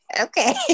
Okay